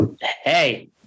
Hey